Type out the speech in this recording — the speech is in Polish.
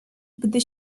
gdy